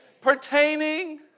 pertaining